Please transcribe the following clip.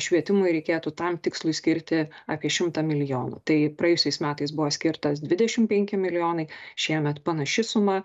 švietimui reikėtų tam tikslui skirti apie šimtą milijonų tai praėjusiais metais buvo skirtas dvidešim penki milijonai šiemet panaši suma